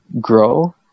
grow